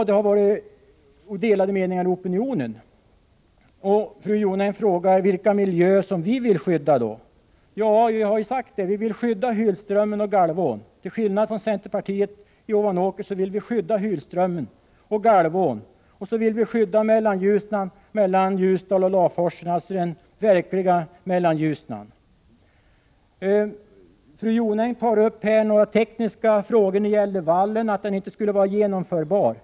Det har rått delade meningar inom opinionen. Fru Jonäng frågar vilka miljöer vi vill skydda. Jag har förklarat att vi till skillnad från centerpartiet i Ovanåker vill skydda Hylströmmen och Galvån. Vidare vill vi skydda Mellanljusnan mellan Ljusdal och Laforsen, alltså den verkliga Mellanljusnan. Fru Jonäng tar upp några tekniska frågor beträffande vallen och menar att invallningen inte skulle vara genomförbar.